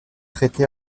traité